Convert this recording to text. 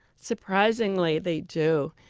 surprisingly they do.